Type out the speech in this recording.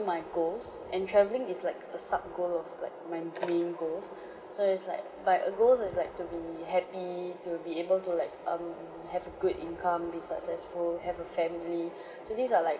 my goals and travelling is like a sub goal of like my dream goals so it's like my goals is like to be happy to be able to like um have a good income be successful have a family so these are like